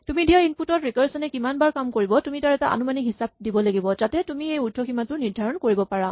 তুমি দিয়া ইনপুট ত ৰিকাৰচন এ কিমানবাৰ কাম কৰিব তুমি তাৰ এটা আনুমানিক হিচাপ দিব লাগিব যাতে তুমি এই উৰ্দ্ধসীমাটো নিৰ্দ্ধাৰণ কৰিব পাৰা